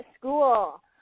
school